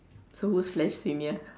so who's less senior